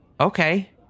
okay